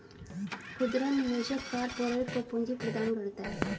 खुदरा निवेशक कारपोरेट को पूंजी प्रदान करता है